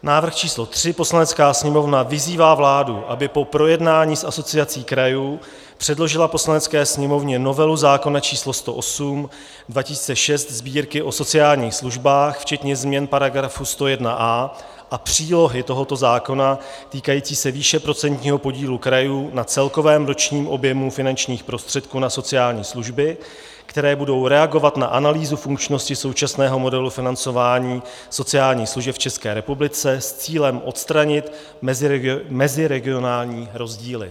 Návrh číslo 3: Poslanecká sněmovna vyzývá vládu, aby po projednání s Asociací krajů předložila Poslanecké sněmovně novelu zákona číslo 108/2006 Sb., o sociálních službách, včetně změn § 101a a přílohy tohoto zákona týkající se výše procentního podílu krajů na celkovém ročním objemu finančních prostředků na sociální služby, které budou reagovat na analýzu funkčnosti současného modelu financování sociálních služeb v České republice s cílem odstranit meziregionální rozdíly.